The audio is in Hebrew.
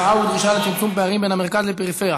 מחאה ודרישה לצמצום פערים בין המרכז לפריפריה,